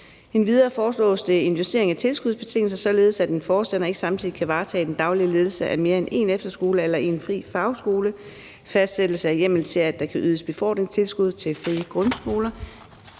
Endvidere foreslås der en justering af tilskudsbetingelser, således at en forstander ikke samtidig kan varetage den daglige ledelse af mere end én efterskole eller én fri fagskole, og fastsættelse af hjemmel til, at der kan ydes befordringstilskud til frie grundskoler.